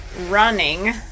running